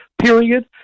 period